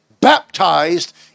baptized